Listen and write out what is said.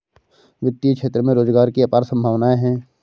वित्तीय क्षेत्र में रोजगार की अपार संभावनाएं हैं